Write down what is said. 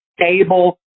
stable